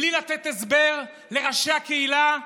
בלי לתת הסבר לראשי הקהילה,